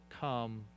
come